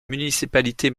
municipalité